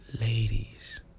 Ladies